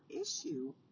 issue